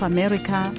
America